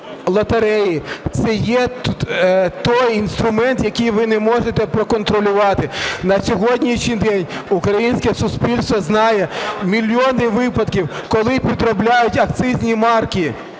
лотереї – це є той інструмент, який ви не можете проконтролювати. На сьогоднішній день українське суспільство знає мільйони випадків, коли підробляють акцизні марки.